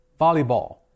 volleyball